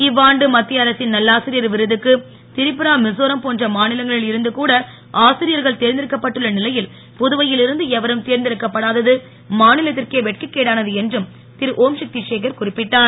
இவ்வாண்டு மத்திய அரசின் நல்லாசிரியர் விருதுக்கு திரிபுரா மிசோரம் போன்ற மாநிலங்களில் இருந்து கூட ஆசிரியர்கள் தேர்ந்தெடுக்கப்பட்டுள்ள நிலையில் புதுவையில் இருந்து எவரும் தேர்ந்தெடுக்கப்படாதது மாநிலத்திற்கே வெட்க கேடானது என்று திரு ஒம் சக்தி சேகர் குறிப்பிட்டார்